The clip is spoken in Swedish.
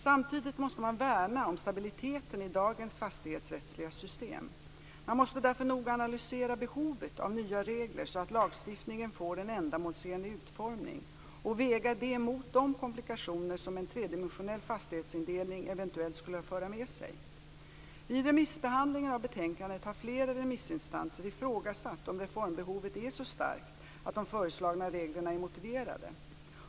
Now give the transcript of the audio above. Samtidigt måste man värna om stabiliteten i dagens fastighetsrättsliga system. Man måste därför noga analysera behovet av nya regler så att lagstiftningen får en ändamålsenlig utformning och väga det mot de komplikationer som en tredimensionell fastighetsindelning eventuell skulle föra med sig. Vid remissbehandlingen av betänkandet har fler remissinstanser ifrågasatt om reformbehovet är så starkt att de föreslagna reglerna är motiverade.